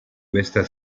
questa